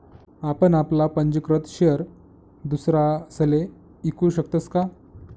आपण आपला पंजीकृत शेयर दुसरासले ईकू शकतस का?